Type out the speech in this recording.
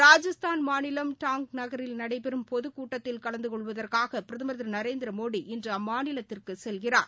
ராஜஸ்தான் மாநில டாங் நகரில் நடைபெறும் பொது கூட்டத்தில் கலந்துகொள்வதற்காக பிரதமர் திரு நரேந்திர மோடி இன்று அம்மாநிலத்திற்கு செல்கிறார்